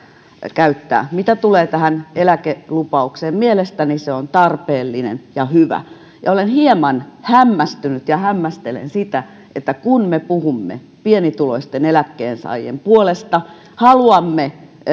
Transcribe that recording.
käyttää mitä tulee tähän eläkelupaukseen mielestäni se on tarpeellinen ja hyvä ja olen hieman hämmästynyt ja hämmästelen sitä että kun me puhumme pienituloisten eläkkeensaajien puolesta haluamme